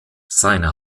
seine